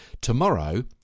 Tomorrow